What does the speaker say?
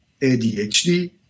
ADHD